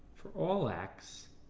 for all x,